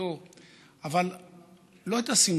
את משפחתו,